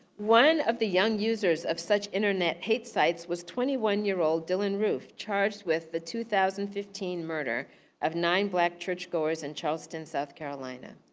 one of the young users of such internet hate sites was twenty one year-old dylann roof charged with the two thousand and fifteen murder of nine black churchgoers in charleston, south carolina.